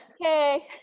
okay